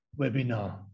webinar